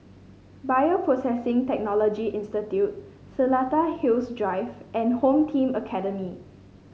Bioprocessing Technology Institute Seletar Hills Drive and Home Team Academy